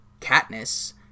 Katniss